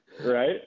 Right